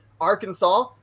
Arkansas